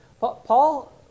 Paul